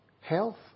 Health